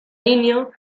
niño